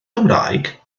cymraeg